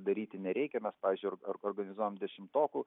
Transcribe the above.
daryti nereikia mes pavyzdžiui organizuojam dešimtokų